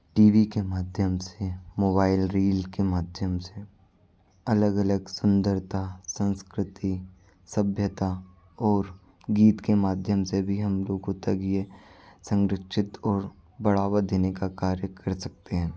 T V के माध्यम से मोबाइल रील के माध्यम से अलग अलग सुन्दरता संस्कृति सभ्यता और गीत के माध्यम से भी हम लोगों तक ये संरक्षित और बढ़ावा देने का कार्य कर सकतें हैं